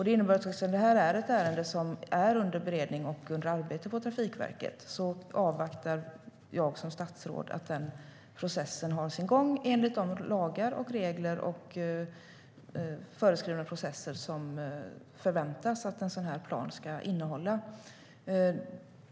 Eftersom det här är ett ärende som är under beredning och under arbete vid Trafikverket avvaktar jag som statsråd den processen, att den har sin gång enligt de lagar, regler och föreskrifter som det förväntas att den ska ha.